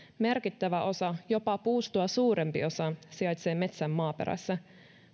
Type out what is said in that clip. merkittävä osa jopa puustoa suurempi osa sijaitsee metsän maaperässä